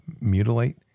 mutilate